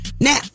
Now